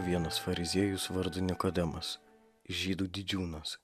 vienas fariziejus vardu nikodemas žydų didžiūnas